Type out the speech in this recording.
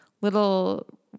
little